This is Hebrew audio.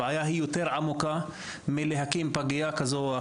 הבעיה היא יותר עמוקה מהקמת פגייה כזו או אחרת.